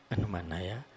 Anumanaya